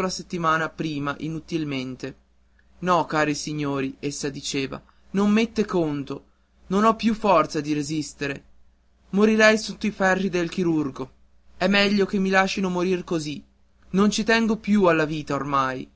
la settimana prima inutilmente no cari signori essa diceva non mette conto non ho più forza di resistere morirei sotto i ferri del chirurgo è meglio che mi lascino morir così non ci tengo più alla vita oramai